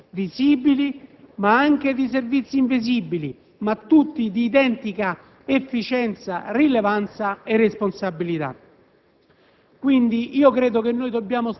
nello svolgimento di servizi visibili, ma anche di servizi invisibili, ma tutti di identica efficienza, rilevanza e responsabilità.